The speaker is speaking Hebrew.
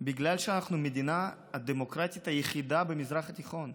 בגלל שאנחנו המדינה הדמוקרטית היחידה במזרח התיכון,